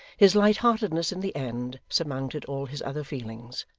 his light-heartedness in the end surmounted all his other feelings,